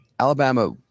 Alabama